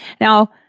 Now